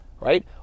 right